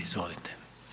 Izvolite.